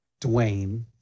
dwayne